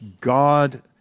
God